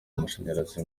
amashanyarazi